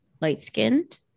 light-skinned